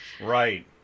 Right